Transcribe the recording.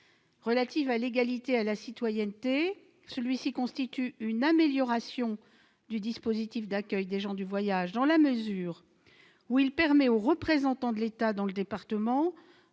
relative à l'égalité à la citoyenneté. Il constitue une amélioration du dispositif d'accueil des gens du voyage dans la mesure où il permet au représentant de l'État dans le département